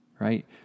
Right